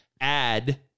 add